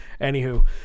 Anywho